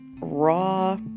raw